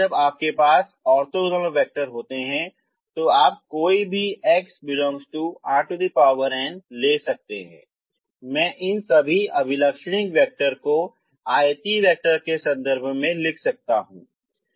एक बार जब आपके पास ऑर्थोगोनल वैक्टर होते हैं तो आप कोई भी x ∈ Rn ले सकते हैं मैं इन सभी अभिलक्षणिक वैक्टर को आयतीय वैक्टर के संदर्भ में लिख सकता हूं